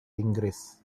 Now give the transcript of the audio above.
inggris